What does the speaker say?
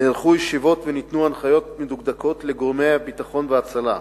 נערכו ישיבות וניתנו הנחיות מדוקדקות לגורמי הביטחון וההצלה,